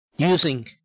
using